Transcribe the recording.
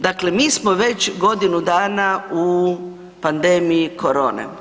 Dakle mi smo već godinu dana u pandemiji korone.